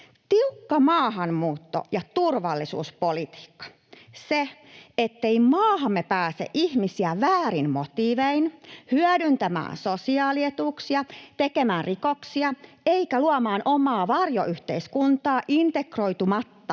Tiukka maahanmuutto- ja turvallisuuspolitiikka, se ettei maahamme pääse ihmisiä väärin motiivein hyödyntämään sosiaalietuuksia, tekemään rikoksia eikä luomaan omaa varjoyhteiskuntaa integroitumatta